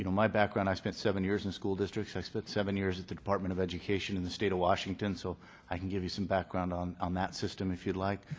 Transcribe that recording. you know my background, i spent seven years in school districts. i spent seven years at the department of education in the state of washington, so i can give you some background on on that system if you'd like.